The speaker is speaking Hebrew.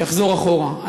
יחזור אחורה.